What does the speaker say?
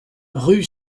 rue